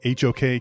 HOK